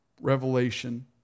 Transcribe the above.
revelation